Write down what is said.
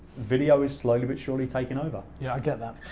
video is slowly but surely taking over. yeah, i get that.